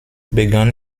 begann